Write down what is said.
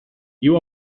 you